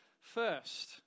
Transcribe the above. first